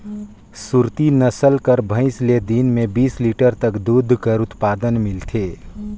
सुरती नसल कर भंइस ले दिन में बीस लीटर तक दूद कर उत्पादन मिलथे